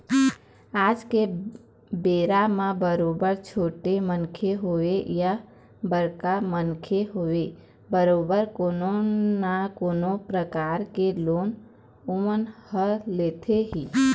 आज के बेरा म बरोबर छोटे मनखे होवय या बड़का मनखे होवय बरोबर कोनो न कोनो परकार के लोन ओमन ह लेथे ही